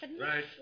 Right